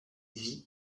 vit